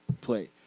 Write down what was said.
play